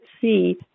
see